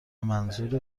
منظور